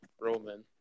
roman